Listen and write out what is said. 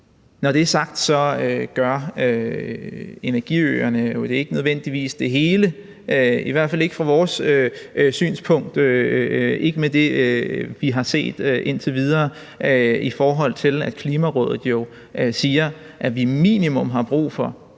Når det er sagt, giver energiøerne jo ikke nødvendigvis det hele, i hvert fald ikke set fra vores synspunkt – ikke med det, vi har set indtil videre – i forhold til at Klimarådet jo siger, at vi minimum har brug for